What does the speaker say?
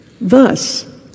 Thus